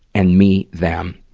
and me, them.